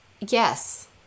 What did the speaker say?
Yes